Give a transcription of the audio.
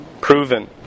Proven